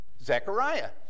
Zechariah